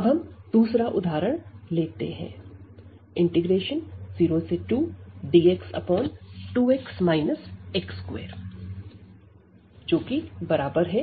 हम दूसरा उदाहरण लेते हैं 02dx2x x211dx2x x2 2012